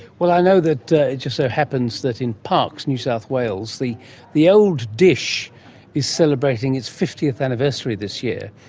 but i know that it just so happens that in parkes, new south wales, the the old dish is celebrating its fiftieth anniversary this year,